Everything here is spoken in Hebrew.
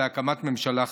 להקמת ממשלה חדשה.